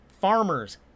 farmers